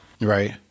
right